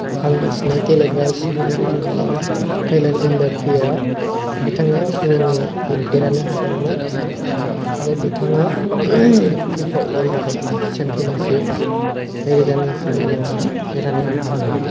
आं मिथिनाय गेलेग्रा सुबुं देरहानाया कैलान एम्बाप्पेया बिथाङा सनानि बुट देरहानो हादोंमोन आरो बिथाङा फिफा अवर्ल्ड काप चेम्पियनशिप नैरोजा नैजिनैआवहाय देरहानो हादोंमोन